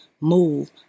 Move